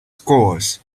scores